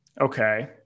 okay